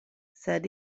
sed